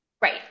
Right